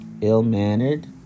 ill-mannered